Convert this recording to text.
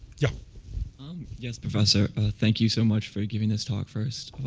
yeah um yes, professor. thank you so much for giving this talk, first